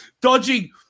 Dodging